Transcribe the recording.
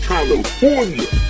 California